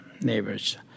neighbors